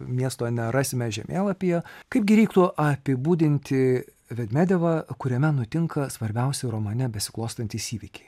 miesto nerasime žemėlapyje kaip gi reiktų apibūdinti vedmedevą kuriame nutinka svarbiausi romane besiklostantys įvykiai